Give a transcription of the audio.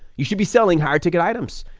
you should be selling higher ticket items,